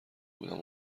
بودم